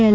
L